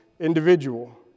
individual